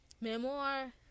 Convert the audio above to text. memoir